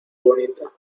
bonita